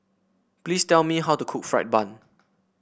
please tell me how to cook fried bun